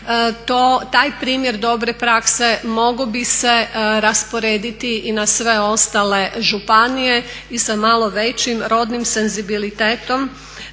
taj primjer dobre prakse mogao bi se rasporediti i na sve ostale županije i sa malo većim rodnim senzibilitetom